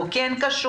הוא כן קשוב.